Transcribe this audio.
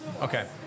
Okay